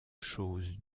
choses